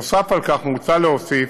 נוסף על כך, מוצע להוסיף